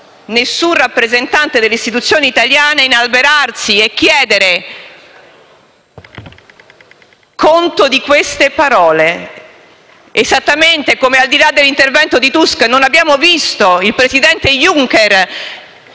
alcun rappresentante delle istituzioni italiane inalberarsi e chiedere conto di queste parole. Allo stesso modo, al di là dell'intervento di Tusk, non abbiamo visto il presidente Juncker